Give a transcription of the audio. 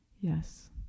Yes